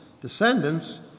descendants